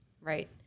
Right